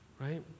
right